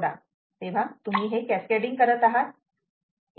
तेव्हा तुम्ही हे कॅस्कॅडींग करत आहात